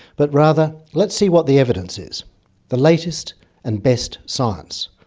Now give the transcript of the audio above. but rather let's see what the evidence is the latest and best science.